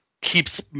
keeps